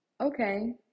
okay